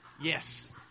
Yes